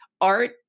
art